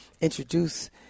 introduce